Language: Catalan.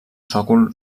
sòcol